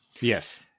Yes